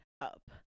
up